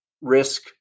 risk